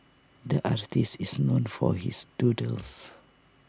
the artist is known for his doodles